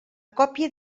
còpia